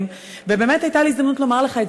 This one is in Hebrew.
הזדמן לי,